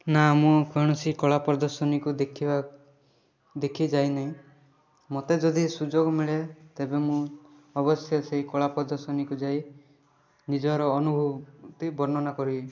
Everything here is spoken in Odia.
ନା ମୁଁ କୌଣସି କଳାପ୍ରଦର୍ଶନିକୁ ଦେଖିବା ଦେଖି ଯାଇନାହିଁ ମୋତେ ଯଦି ସୁଯୋଗ ମିଳେ ତେବେ ମୁଁ ଅବଶ୍ୟ ସେହି କଳାପ୍ରଦର୍ଶନିକୁ ଯାଇ ନିଜର ଅନୁଭୂତି ବର୍ଣ୍ଣନା କରିବି